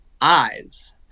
eyes